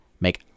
make